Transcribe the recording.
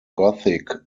gothic